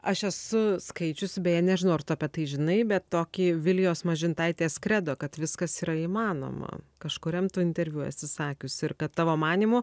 aš esu skaičiusi beje nežinau ar tu apie tai žinai bet tokį vilijos mažintaitės kredo kad viskas yra įmanoma kažkuriam tu interviu esi sakiusi ir kad tavo manymu